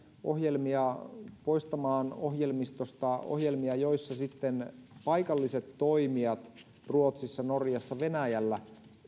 ohjelmia poistamaan ohjelmistosta ohjelmia joissa sitten paikalliset toimijat ruotsissa norjassa ja venäjällä